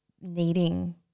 needing